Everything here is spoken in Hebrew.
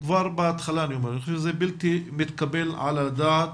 כבר בהתחלה אני אומר, בלתי מתקבל על הדעת,